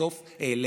בסוף העליתם.